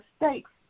mistakes